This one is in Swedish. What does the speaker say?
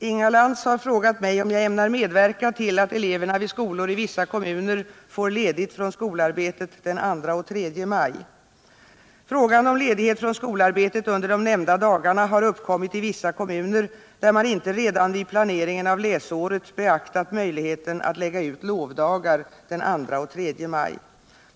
332, och anförde: Herr talman! Inga Lantz har frågat mig om jag ämnar medverka till att Frågan om ledighet från skolarbetet under de nämnda dagarna har uppkommit i vissa kommuner, där man inte redan vid planeringen av läsåret beaktat möjligheten att lägga ut lovdagar den 2 och 3 maj.